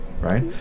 right